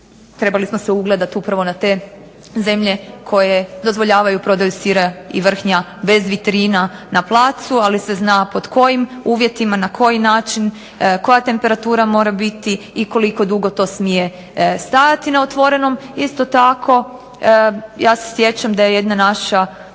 trebali smo se ugledati upravo na te zemlje koje dozvoljavaju prodaju sira i vrhnja bez vitrina na placu, ali se zna pod kojim uvjetima, na koji način, koja temperatura treba biti i koliko dugo to smije stajati na otvorenom. Isto tako ja se sjećam da je jedna naša